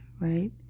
right